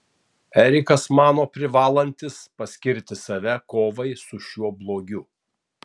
erikas mano privalantis paskirti save kovai su šiuo blogiu